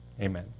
Amen